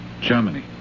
Germany